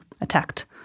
attacked